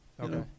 okay